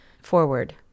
forward